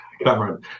cameron